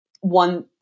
one